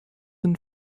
and